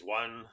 one